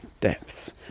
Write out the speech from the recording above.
depths